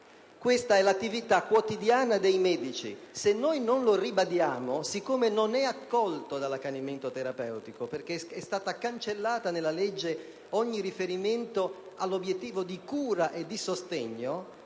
Questa è l'attività quotidiana dei medici. Se non lo ribadiamo, siccome non è contenuto nel principio di accanimento terapeutico perché è stato cancellato nella legge ogni riferimento all'obiettivo di cura e di sostegno,